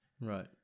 Right